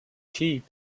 keep